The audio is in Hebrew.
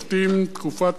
תקופת המלכים,